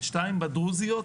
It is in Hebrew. שתיים בדרוזיות,